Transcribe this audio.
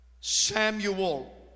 Samuel